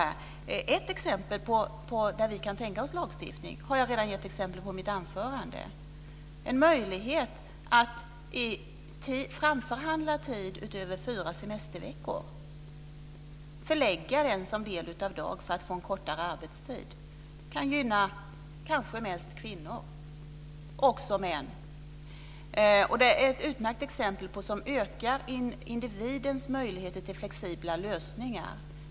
Jag gav i mitt anförande ett exempel på där vi kan tänka oss lagstiftning - en möjlighet att i framförhandlad tid utöver fyra semesterveckor förlägga en som del av dag för att få en kortare arbetstid. Detta kanske mest kan gynna kvinnor, men även män. Detta är ett utmärkt exempel på något som ökar individens möjligheter till flexibla lösningar.